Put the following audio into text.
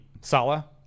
Sala